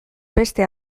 beste